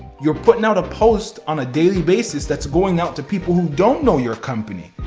you're putting out a post on a daily basis that's going out to people who don't know your company.